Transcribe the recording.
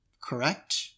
correct